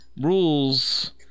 rules